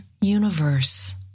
universe